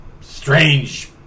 strange